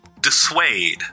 dissuade